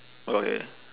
okay